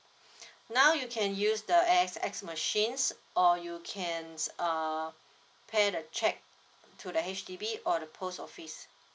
now you can use the A_X_S machines or you can s~ err pay the cheque to the H_D_B or the post office